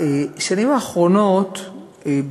בשנים האחרונות,